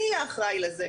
מי יהיה האחראי לזה?